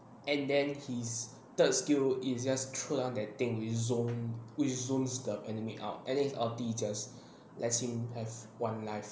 and then his third skill is just throw down that thing which zone which zone the pandemic out and then his ulti is just as in have one life